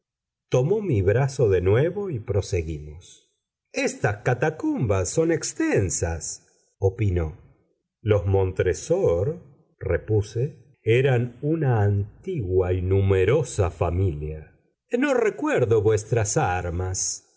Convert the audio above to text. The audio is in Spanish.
tomó mi brazo de nuevo y proseguimos estas catacumbas son extensas opinó los montresor repuse eran una antigua y numerosa familia no recuerdo vuestras armas